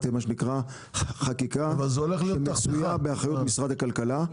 מה שנקרא חקיקה שמצויה באחריות משרד הכלכלה,